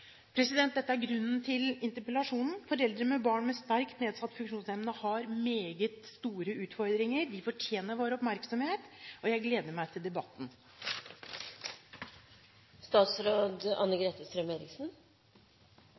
Dette er grunnen til interpellasjonen. Foreldre med barn med sterkt nedsatt funksjonsevne har meget store utfordringer, de fortjener vår oppmerksomhet, og jeg gleder meg til debatten.